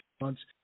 months